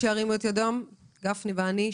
גפני ואני.